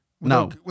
No